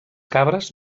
cabres